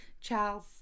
Charles